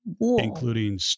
Including